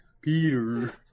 Peter